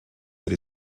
that